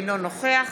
אינו נוכח